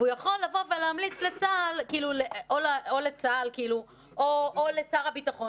והוא יכול לבוא ולהמליץ לצה"ל או לצה"ל או לשר הביטחון